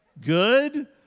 Good